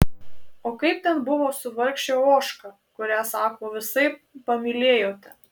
o kaip ten buvo su vargše ožka kurią sako visaip pamylėjote